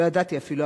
לא ידעתי אפילו,